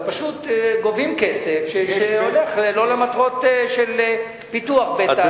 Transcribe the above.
פשוט גובים כסף שהולך לא למטרות של פיתוח בית-העלמין או,